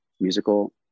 musical